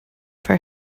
for